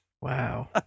Wow